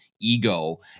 ego